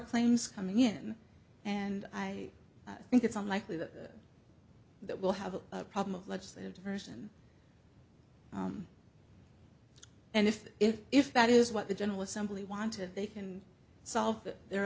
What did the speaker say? claims coming in and i think it's unlikely that that will have a problem of legislative diversion and if if if that is what the general assembly wanted they can solve their